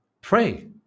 Pray